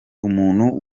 umuntu